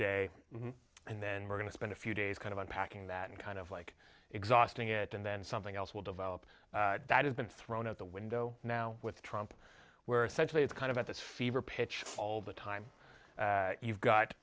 day and then we're going to spend a few days kind of unpacking that and kind of like exhausting it and then something else will develop that has been thrown out the window now with trump where essentially it's kind of at this fever pitch all the time you've got